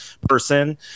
person